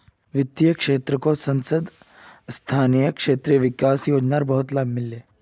वित्तेर क्षेत्रको संसद सदस्य स्थानीय क्षेत्र विकास योजना बहुत बेसी लाभ मिल ले